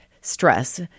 stress